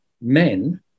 men